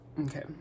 Okay